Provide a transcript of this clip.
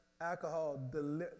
alcohol